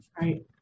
right